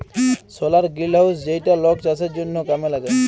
সলার greenhouse যেইটা লক চাষের জনহ কামে লাগায়